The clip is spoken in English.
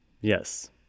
yes